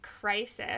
crisis